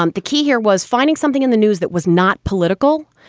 um the key here was finding something in the news that was not political,